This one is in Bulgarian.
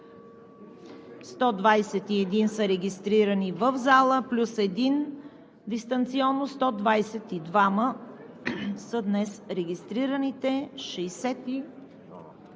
121 са регистрираните в залата плюс 1 дистанционно – 122 са днес регистрираните